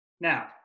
Now